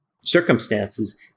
circumstances